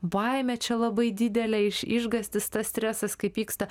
baimė čia labai didelė iš išgąstis tas stresas kaip vyksta